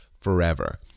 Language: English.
forever